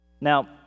Now